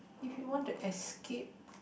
if you want to escape